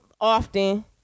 often